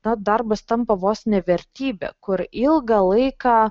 na darbas tampa vos ne vertybe kur ilgą laiką